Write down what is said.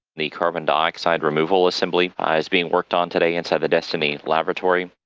the carbon dioxide removal assembly ah is being worked on today inside the destiny laboratory.